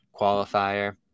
qualifier